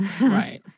Right